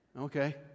Okay